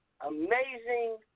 amazing